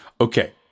Okay